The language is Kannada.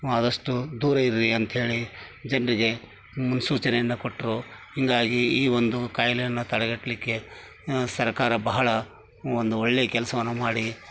ಆದಷ್ಟು ದೂರ ಇರ್ರಿ ಅಂತ್ಹೇಳಿ ಜನರಿಗೆ ಮುನ್ಸೂಚನೆಯನ್ನ ಕೊಟ್ಟರು ಹೀಗಾಗಿ ಈ ಒಂದು ಕಾಯಿಲೆಯನ್ನ ತಡೆಗಟ್ಟಲಿಕ್ಕೆ ಸರ್ಕಾರ ಬಹಳ ಒಂದು ಒಳ್ಳೆಯ ಕೆಲಸವನ್ನು ಮಾಡಿ